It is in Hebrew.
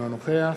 אינו נוכח